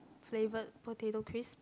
flavoured potato crips